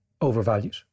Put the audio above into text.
overvalued